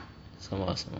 什么什么